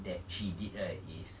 that she did right is